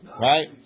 Right